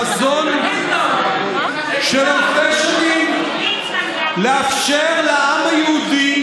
חזון של אלפי שנים, לאפשר לעם היהודי,